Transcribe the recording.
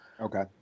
Okay